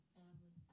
family